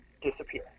disappear